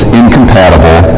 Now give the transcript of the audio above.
incompatible